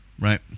Right